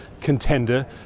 contender